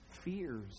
fears